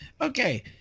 Okay